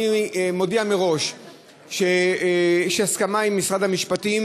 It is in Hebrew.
אני מודיע מראש שיש הסכמה עם משרד המשפטים